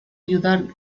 ayudar